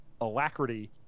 alacrity